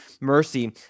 mercy